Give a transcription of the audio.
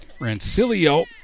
Rancilio